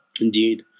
Indeed